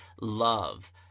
Love